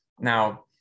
Now